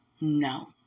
No